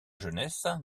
jeunesse